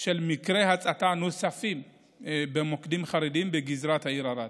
של מקרי הצתה נוספים במוקדים חרדיים בגזרת העיר ערד.